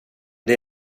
det